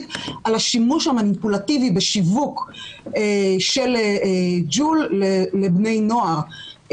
על השימוש המניפולטיבי בשיווק של ג'ול לבני נוער.